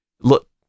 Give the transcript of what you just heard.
look